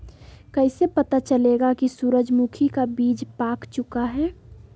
कैसे पता चलेगा की सूरजमुखी का बिज पाक चूका है?